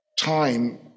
time